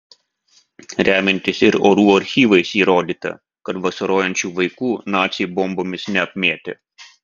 remiantis ir orų archyvais įrodyta kad vasarojančių vaikų naciai bombomis neapmėtė